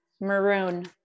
maroon